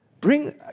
Bring